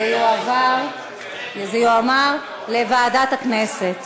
זה יועבר לוועדת הכנסת.